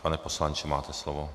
Pane poslanče, máte slovo.